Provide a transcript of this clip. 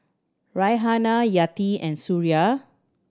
Raihana Hayati and Suria